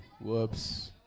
whoops